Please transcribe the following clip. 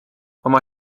oma